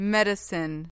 Medicine